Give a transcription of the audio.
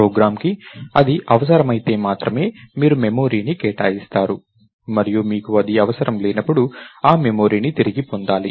ప్రోగ్రామ్కు అది అవసరమైతే మాత్రమే మీరు మెమరీని కేటాయిస్తారు మరియు మీకు ఇది అవసరం లేనప్పుడు ఆ మెమరీని తిరిగి పొందాలి